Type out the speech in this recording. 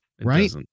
Right